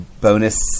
bonus